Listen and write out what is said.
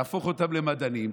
נהפוך אותם למדענים,